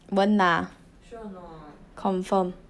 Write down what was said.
won't lah confirm